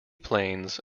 plains